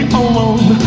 alone